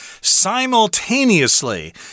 simultaneously